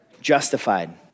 justified